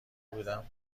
بودم